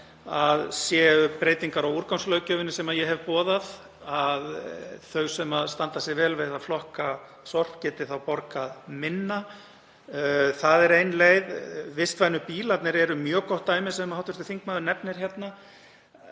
í breytingum á úrgangslöggjöfinni sem ég hef boðað, þau sem standa sig vel við að flokka sorp geti þá borgað minna. Það er ein leið. Vistvænu bílarnir eru mjög gott dæmi sem hv. þingmaður nefnir hérna.